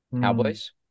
Cowboys